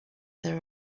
there